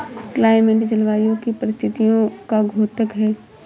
climate जलवायु की परिस्थितियों का द्योतक है